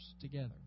together